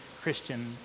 Christian